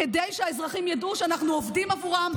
כדי שהאזרחים ידעו שאנחנו עובדים עבורם,